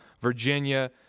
Virginia